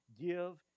give